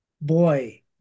boy